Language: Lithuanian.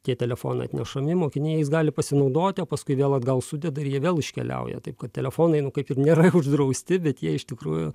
tie telefonai atnešami mokiniai jais gali pasinaudoti o paskui vėl atgal sudeda jie vėl iškeliauja taip kad telefonai nu kaip ir nėra uždrausti bet jie iš tikrųjų